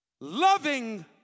Loving